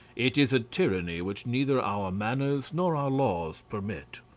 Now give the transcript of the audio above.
it is a tyranny which neither our manners nor our laws permit.